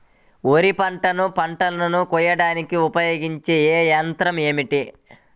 వరిపంటను పంటను కోయడానికి ఉపయోగించే ఏ యంత్రం ఏమిటి?